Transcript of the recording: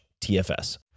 TFS